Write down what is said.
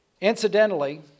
Incidentally